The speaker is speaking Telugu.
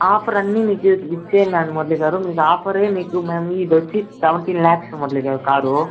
ఆఫర్ అన్ని మీకు ఇచ్చేను మురళి గారు మీకు ఆఫర్ మీకు మేము ఇదొచ్చి సెవెంటీన్ ల్యాక్స్ మురళి గారు కారు